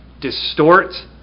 distort